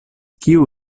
kiu